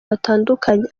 batandukanye